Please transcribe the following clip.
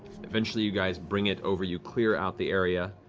eventually you guys bring it over. you clear out the area.